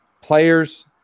Players